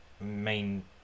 main